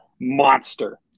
monster